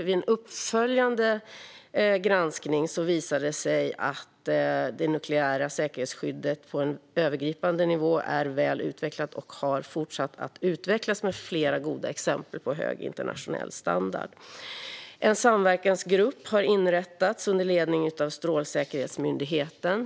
Vid en uppföljande granskning visade det sig att det nukleära säkerhetsskyddet på en övergripande nivå är väl utvecklat och har fortsatt att utvecklas med flera goda exempel på hög internationell standard. En samverkansgrupp har inrättats under ledning av Strålsäkerhetsmyndigheten.